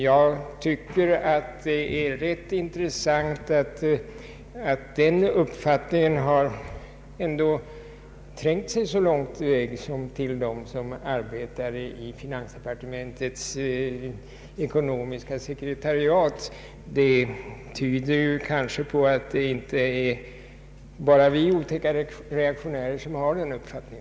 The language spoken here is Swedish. Jag tycker det är rätt intressant att den uppfattningen ändå trängt så långt som till dem som arbetar i finansdepartementets ekonomiska sekretariat. Det tyder på att det inte bara är vi otäcka reaktionärer som har denna uppfattning.